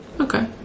Okay